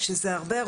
שזה הרבה.